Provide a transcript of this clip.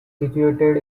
situated